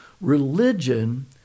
Religion